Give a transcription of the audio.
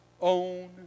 own